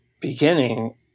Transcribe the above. beginning